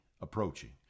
approaching